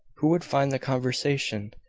who would find the conversation?